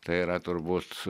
tai yra turbūt